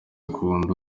akunda